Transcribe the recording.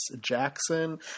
Jackson